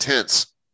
intense